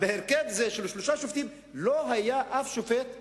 בהרכב זה של שלושה שופטים לא היה אף שופט ערבי,